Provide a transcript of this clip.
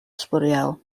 sbwriel